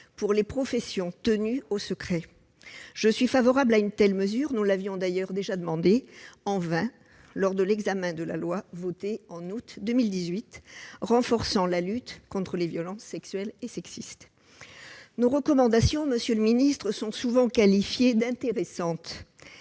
pour les professions tenues au secret. Je suis favorable à une telle mesure, que nous avions d'ailleurs demandée en vain lors de l'examen de la loi du 3 août 2018 renforçant la lutte contre les violences sexuelles et sexistes. Nos recommandations, monsieur le secrétaire d'État, sont souvent qualifiées d'intéressantes,